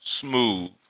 smooth